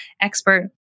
expert